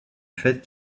fait